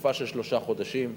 לתקופה של שלושה חודשים,